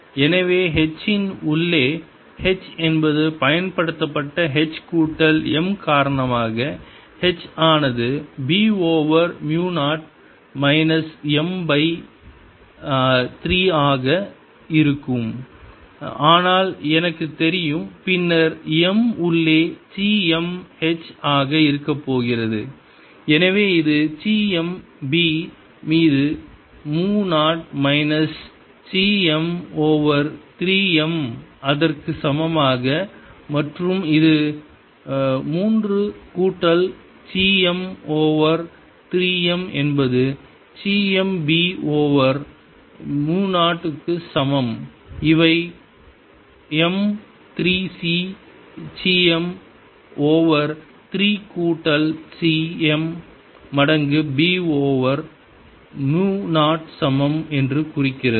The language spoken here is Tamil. எனவே h இன் உள்ளே h என்பது பயன்படுத்தப்பட்ட h கூட்டல் m காரணமாக h ஆனது b ஓவர் மு 0 மைனஸ் m பை ஆக இருக்கும் ஆனால் எனக்கு தெரியும் பின்னர் m உள்ளே சி m h ஆக இருக்கப் போகிறது எனவே இது சி m b மீது மு 0 minus C m m over 3 m அதற்கு சமமாக மற்றும் இது 3 கூட்டல் சி m ஓவர் 3 m என்பது சி m b ஓவர் மு 0 க்கு சமம் இவை m 3 சி m ஓவர் 3 கூட்டல் சி m மடங்கு b ஓவர் மு 0 சமம் என்று குறிக்கிறது